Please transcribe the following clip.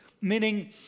meaning